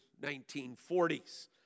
1940s